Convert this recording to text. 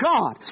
God